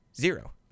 Zero